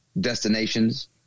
destinations